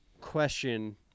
question